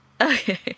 Okay